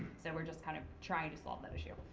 so we're just kind of trying to solve that issue.